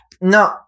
No